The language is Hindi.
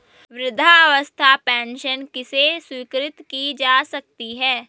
वृद्धावस्था पेंशन किसे स्वीकृत की जा सकती है?